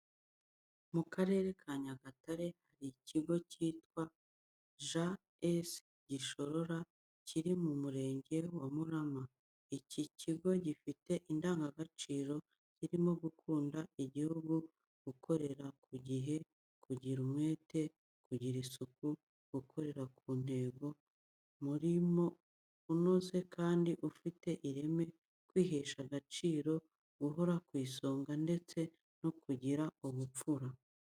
Mu Karere ka Nyagatare hari ikigo cyitwa G.S Gishororo kiri mu Murenge wa Murama. Iki kigo gifite indangagaciro zirimo gukunda igihugu, gukorera ku gihe, kugira umwete, kugira isuku, gukorera ku ntego, umurimo unoze kandi ufite ireme, kwihesha agaciro, guhora ku isonga ndetse no kugira ubupfura.